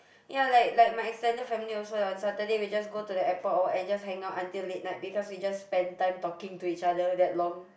ya like like my extended family also on Saturday we just go to the airport or what and just hang out until late night because we just spend time talking to each other that long